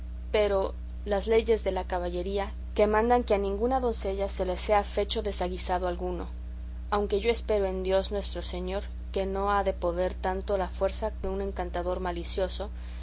pero las leyes de la caballería que mandan que a ninguna doncella se le sea fecho desaguisado alguno aunque yo espero en dios nuestro señor que no ha de poder tanto la fuerza de un encantador malicioso